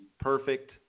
perfect